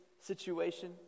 situation